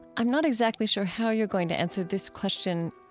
i'm not exactly sure how you're going to answer this question.